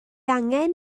angen